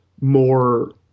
more